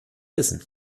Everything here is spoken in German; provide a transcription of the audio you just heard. wissen